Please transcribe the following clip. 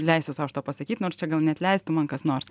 leisiuosi aš tą pasakyt nors čia gal neatleistų man kas nors